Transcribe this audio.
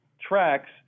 tracks